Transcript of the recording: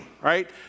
right